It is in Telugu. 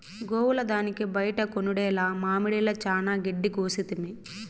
గోవుల దానికి బైట కొనుడేల మామడిల చానా గెడ్డి కోసితిమి